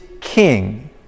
king